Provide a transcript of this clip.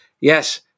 Yes